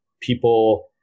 people